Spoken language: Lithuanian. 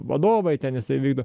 vadovai ten jisai vykdo